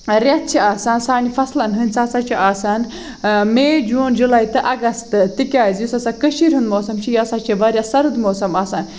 رٮ۪تھ چھُ آسان سانہِ فَصلن ہُند سُہ ہسا چھُ آسام میے جوٗن جُلاے تہٕ اَگستہٕ تِکیازِ یُس ہسا کٔشیٖر ہُند موسَم چھُ یہِ ہسا چھُ واریاہ سَرٕد موسَم آسان